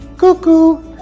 cuckoo